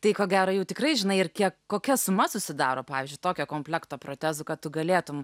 tai ko gero jau tikrai žinai ir kiek kokia suma susidaro pavyzdžiui tokio komplekto protezų kad tu galėtum